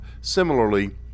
Similarly